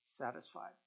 satisfied